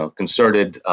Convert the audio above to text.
ah concerted,